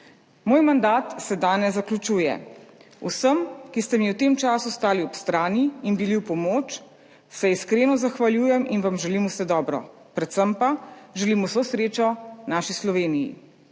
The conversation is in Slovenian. Moj mandat se danes zaključuje. Vsem, ki ste mi v tem času stali ob strani in bili v pomoč, se iskreno zahvaljujem in vam želim vse dobro, predvsem pa želim vso srečo naši Sloveniji.